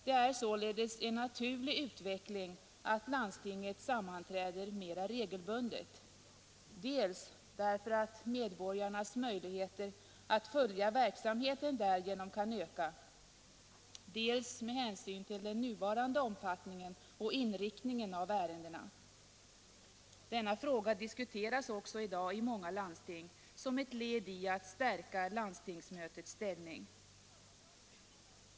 Det är således en naturlig utveckling att landstinget sammanträder mera regelbundet, dels därför att medborgarnas möjligheter att följa verksamheten därigenom kan öka, dels med hänsyn till den nuvarande omfattningen och inriktningen av ärendena. Denna fråga diskuteras också i dag i många landsting som ett led i strävandet att stärka landstingsmötets ställning.